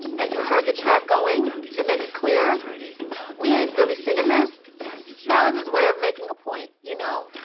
and you heard the track going to make it clear we ain't really singing this. that was his way of making a point, you know?